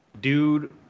dude